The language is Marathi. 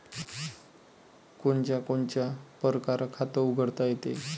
कोनच्या कोनच्या परकारं खात उघडता येते?